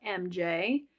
MJ